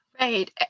Right